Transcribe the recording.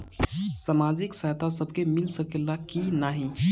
सामाजिक सहायता सबके मिल सकेला की नाहीं?